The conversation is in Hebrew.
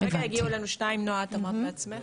כרגע הגיעו לנו שתיים, נועה את אמרת בעצמך.